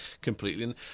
completely